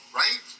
right